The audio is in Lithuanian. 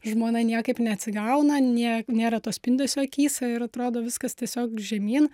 žmona niekaip neatsigauna nė nėra to spindesio akyse ir atrodo viskas tiesiog žemyn